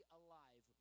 alive